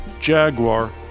Jaguar